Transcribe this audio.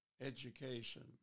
education